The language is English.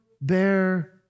bear